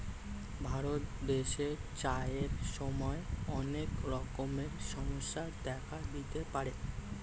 ভারত দেশে চাষের সময় অনেক রকমের সমস্যা দেখা দিতে পারে